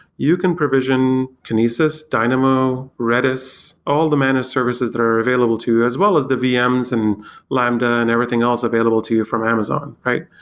you can provision kinesis, dynamo, redis, all the managed services that are available to you as well as the vms and lambda and everything else available to you from amazon.